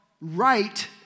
right